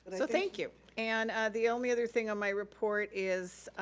so thank you. and the only other thing on my report is,